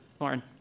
Lauren